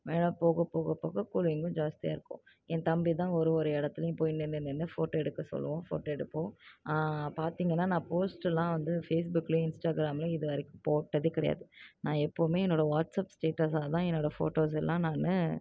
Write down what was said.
மேலே போக போக போக கூலிங்கும் ஜாஸ்தியாக இருக்கும் என் தம்பி தான் ஒரு ஒரு இடத்துலயும் போய் நின்று நின்று ஃபோட்டோ எடுக்க சொல்லுவான் ஃபோட்டோ எடுப்போம் பார்த்தீங்கன்னா நான் போஸ்ட்டுல்லாம் வந்து ஃபேஸ்புக்லேயும் இன்ஸ்டாகிராம்லேயும் இது வரைக்கும் போட்டதே கிடையாது நான் எப்போவுமே என்னோடய வாட்ஸப் ஸ்டேட்டஸாக தான் என்னோடய ஃபோட்டோஸெல்லாம் நான்